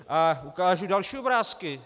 A ukážu další obrázky.